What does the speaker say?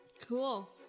Cool